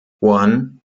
one